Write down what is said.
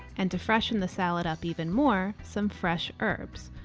and to freshen the salad up even more, some fresh herbs.